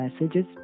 messages